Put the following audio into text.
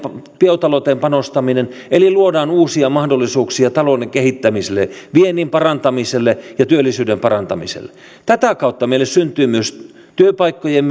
biotalouteen panostaminen eli luodaan uusia mahdollisuuksia talouden kehittämiselle viennin parantamiselle ja työllisyyden parantamiselle tätä kautta syntyy työpaikkojen